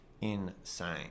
insane